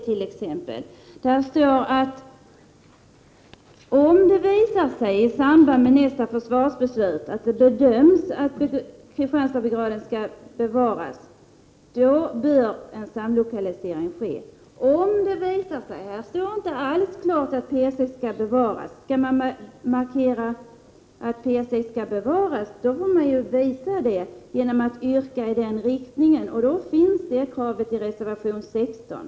Av betänkandet framgår det att om det visar sig i samband med nästa försvarsbeslut att det bedöms att Kristianstadbrigaden skall bevaras bör en samlokalisering ske. Här står inte alls klart att P6 skall bevaras. Vill man markera att P6 skall bevaras får man visa det genom att yrka i den riktningen. Det kravet finns i reservation 16.